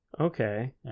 Okay